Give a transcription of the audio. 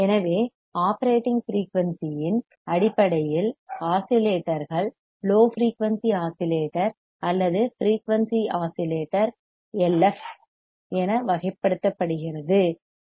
எனவே operating frequency இன் அடிப்படையில் ஆஸிலேட்டர்கள் லோ ஃபிரெயூனிசி ஆஸிலேட்டர் அல்லது high frequency oscillator LF LF என வகைப்படுத்தப்படுகின்றன ஏ